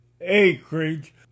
acreage